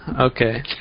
okay